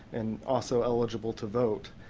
and also eligible to vote.